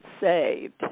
saved